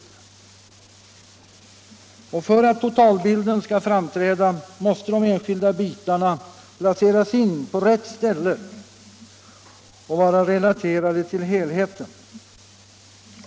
För att totalbilden skall framträda måste de enskilda bitarna placeras in på rätt ställe och vara relaterade till helheten.